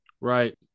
Right